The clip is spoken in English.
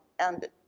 and